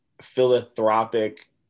philanthropic